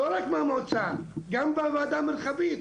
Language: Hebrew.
לא רק מהמועצה גם בוועדה המרחבית.